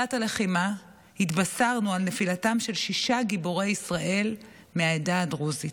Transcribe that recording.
מתחילת הלחימה התבשרנו על נפילתם של שישה גיבורי ישראל מהעדה הדרוזית: